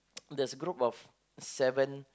there's a group of seven